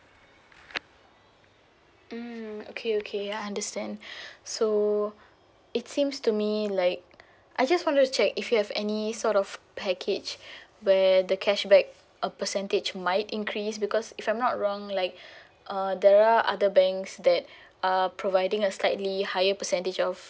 mm mm okay okay understand so it seems to me like I just want to check if you have any sort of package where the cashback a percentage might increase because if I'm not wrong like uh there are other banks that uh providing a slightly higher percentage of